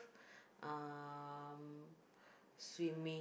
um swimming